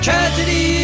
Tragedy